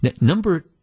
Number